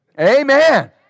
amen